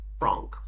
wrong